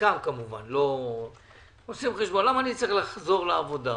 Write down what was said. חלקם כמובן, למה אני צריך לחזור לעבודה?